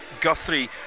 Guthrie